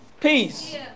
peace